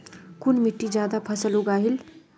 कुन मिट्टी ज्यादा फसल उगहिल?